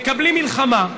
ומקבלים מלחמה.